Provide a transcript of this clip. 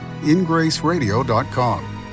ingraceradio.com